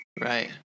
right